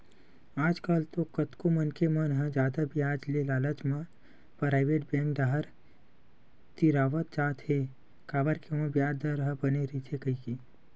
आजकल तो कतको मनखे मन ह जादा बियाज के लालच म पराइवेट बेंक डाहर तिरावत जात हे काबर के ओमा बियाज दर ह बने रहिथे कहिके